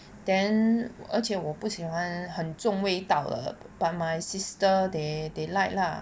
then 而且我不喜欢很重味道的 but my sister they they like lah